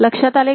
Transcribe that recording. लक्षात आले का